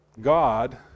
God